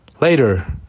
later